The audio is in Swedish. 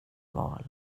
val